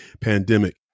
pandemic